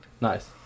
Nice